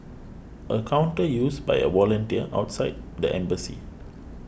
a counter used by a volunteer outside the embassy